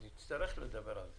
אז נצטרך לדבר על זה.